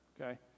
okay